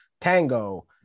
Tango